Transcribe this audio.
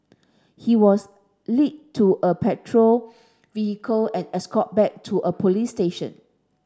he was led to a patrol vehicle and escorted back to a police station